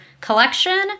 collection